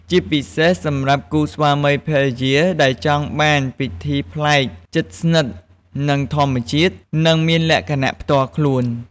ជាពិសេសសម្រាប់គូស្វាមីភរិយាដែលចង់បានពិធីប្លែក ជិតស្និទ្ធនឹងធម្មជាតិ និងមានលក្ខណៈផ្ទាល់ខ្លួន។